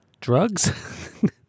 drugs